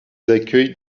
accueillent